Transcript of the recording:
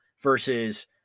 versus